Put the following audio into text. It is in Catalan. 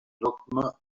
dogma